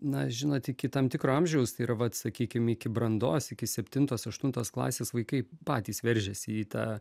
na žinot iki tam tikro amžiaus tai yra vat sakykim iki brandos iki septintos aštuntos klasės vaikai patys veržiasi į tą